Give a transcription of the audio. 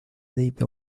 david